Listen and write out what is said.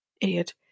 Idiot